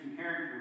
character